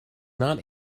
not